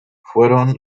fueron